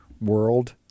world